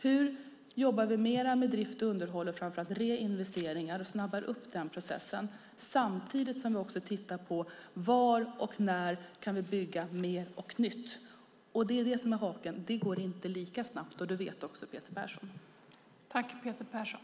Hur jobbar vi mer med drift och underhåll och framför allt reinvesteringar och snabbar på den processen samtidigt som vi också tittar på var och när vi kan bygga mer och nytt? Det är det som är haken. Det går inte lika snabbt, och det vet också Peter Persson.